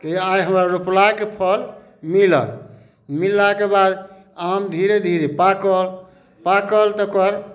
कि आइ हमरा रोपलाके फल मिलल मिललाके बाद आम धीरे धीरे पाकल पाकल तकर